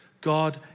God